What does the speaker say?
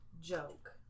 joke